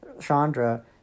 Chandra